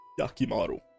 Yakimaru